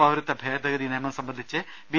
പൌരത്വ ഭേദഗതി നിയമം സംബന്ധിച്ച് ബി